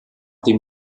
dem